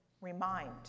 Remind